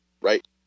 right